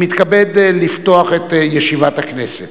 אני מתכבד לפתוח את ישיבת הכנסת.